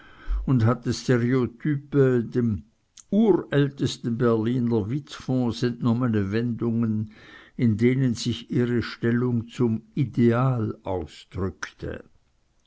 und hatte stereotype dem urältesten berliner witzfonds entnommene wendungen in denen sich ihre stellung zum ideal ausdrückte